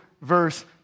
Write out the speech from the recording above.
verse